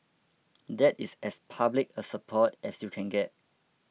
that is as public a support as you can get